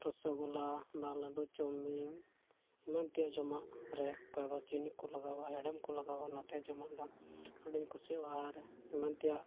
ᱨᱚᱥᱚᱜᱳᱞᱞᱟ ᱫᱟᱜ ᱞᱟᱹᱰᱩ ᱪᱟᱣᱢᱤᱱ ᱮᱢᱟᱱ ᱛᱮᱭᱟᱜ ᱡᱚᱢᱟᱜ ᱨᱮ ᱚᱠᱟ ᱫᱚ ᱪᱤᱱᱤ ᱠᱚ ᱞᱟᱜᱟᱣᱟ ᱦᱮᱲᱮᱢ ᱠᱚ ᱞᱟᱜᱟᱣᱟ ᱚᱱᱟᱛᱮ ᱡᱚᱢᱟᱜ ᱫᱚ ᱟᱹᱰᱤᱧ ᱠᱩᱥᱤᱭᱟᱜᱼᱟ ᱟᱨ ᱮᱢᱟᱱ ᱛᱮᱭᱟᱜ